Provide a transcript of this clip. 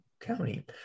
County